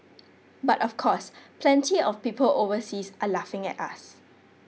but of course plenty of people overseas are laughing at us